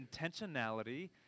intentionality